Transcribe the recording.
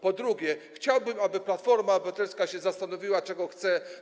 Po drugie, chciałbym, aby Platforma Obywatelska się zastanowiła, czego chce.